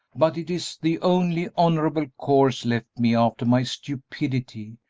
but it is the only honorable course left me after my stupidity,